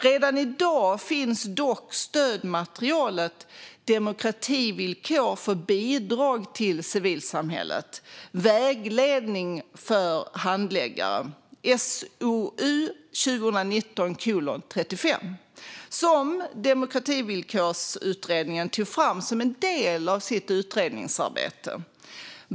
Redan i dag finns dock stödmaterialet Demokrativillkor för bidrag till civilsamhället - Vägledning för handläggare , som Demokrativillkorsutredningen tog fram som en del av sitt utredningsarbete.